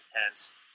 intense